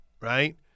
right